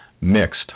mixed